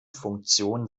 funktion